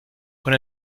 con